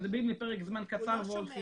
אז הם באים לפרק זמן קצר והולכים.